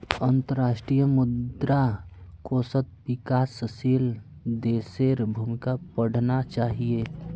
अंतर्राष्ट्रीय मुद्रा कोषत विकासशील देशेर भूमिका पढ़ना चाहिए